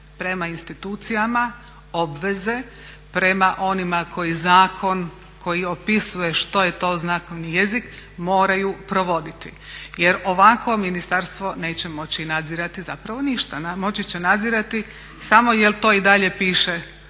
prema institucijama, obveze prema onima koje zakon, koji opisuje što je to znakovni jezik moraju provoditi jer ovako ministarstvo neće moći nadzirati zapravo ništa, moći će nadzirati samo jel' to i dalje piše